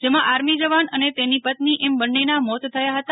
જેમાં આર્મી જવાન અને તેની પત્ની એમ બંનેનાના મોત થયા હતા